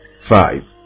Five